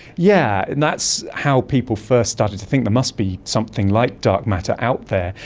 yeah and that's how people first started to think there must be something like dark matter out there,